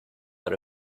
out